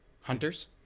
Hunters